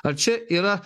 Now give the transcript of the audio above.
ar čia yra